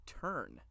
turn